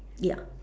ya